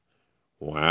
Wow